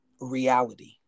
reality